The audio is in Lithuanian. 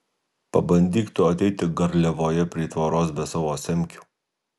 pabandyk tu ateiti garliavoje prie tvoros be savo semkių